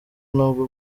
nubwo